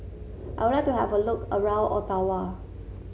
I would like to have a look around Ottawa